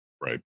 Right